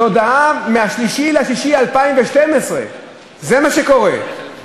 זו הודעה מ-3 ביוני 2012. זה מה שקורה: